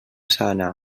sana